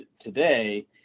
today